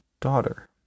daughter